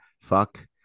fuck